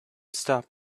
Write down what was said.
stop